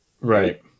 Right